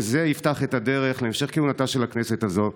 וזה יפתח את הדרך להמשך כהונתה של הכנסת הזאת.